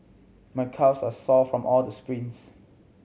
my calves are sore from all the sprints